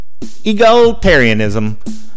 Egalitarianism